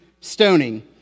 stoning